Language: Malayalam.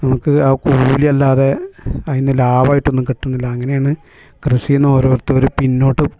നമുക്ക് ആ കൂലി അല്ലാതെ അതിനു ലാഭമായിട്ടൊന്നും കിട്ടണില്ല അങ്ങനെയാണ് കൃഷിനെ ഓരോരുത്തർ പിന്നോട്ട്